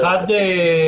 אחת,